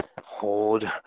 hold